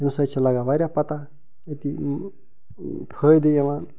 تمہِ سۭتۍ چھِ لگان وارِیاہ پتاہ أتی فٲیدٕ یوان